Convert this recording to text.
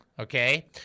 Okay